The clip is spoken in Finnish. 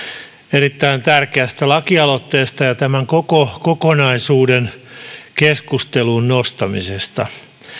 erittäin tärkeästä lakialoitteesta ja tämän koko kokonaisuuden keskusteluun nostamisesta